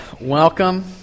welcome